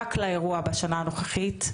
רק לאירוע בשנה הנוכחית.